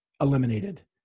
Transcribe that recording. eliminated